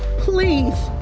please,